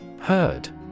Heard